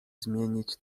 zmienić